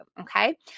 okay